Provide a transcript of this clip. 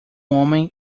homem